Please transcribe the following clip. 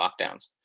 lockdowns